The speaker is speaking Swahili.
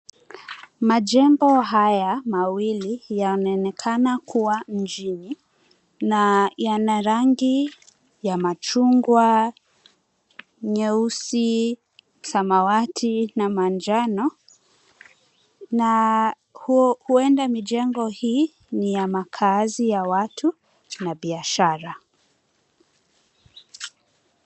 Majengo haya mawili yanaonekana kuwa mjini na yana rangi ya machungwa, nyeusi, samawati na manjano, na huenda mijengo hii ni ya makazi ya watu na biashara.